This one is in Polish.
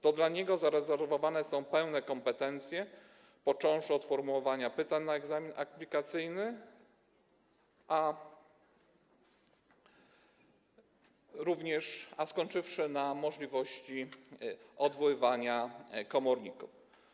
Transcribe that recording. To dla niego zarezerwowane są pełne kompetencje, począwszy od formułowania pytań na egzamin aplikacyjny, a skończywszy na możliwości odwoływania komorników.